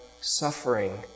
suffering